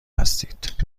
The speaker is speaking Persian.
هستید